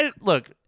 look –